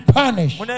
punished